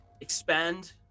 Expand